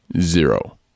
zero